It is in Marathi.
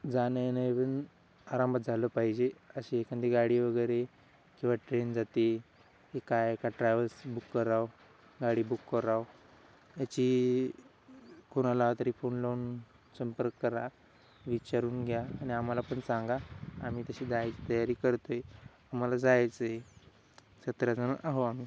जाणं येणं पण आरामात झालं पाहिजे अशी एखादी गाडी वगैरे किंवा ट्रेन जाते एका एका ट्रॅव्हल्स बुक करावे गाडी बुक करावे याची कोणाला तरी फोन लावून संपर्क करा विचारून घ्या आणि आम्हाला पण सांगा आम्ही तशी जायची तयारी करतोय आम्हाला जायचंय सतरा जण आहोत आम्ही